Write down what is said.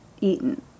eaten